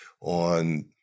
on